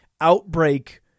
outbreak